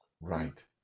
Right